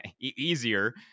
easier